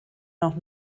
noch